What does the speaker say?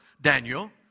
Daniel